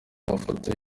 mafoto